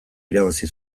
irabazi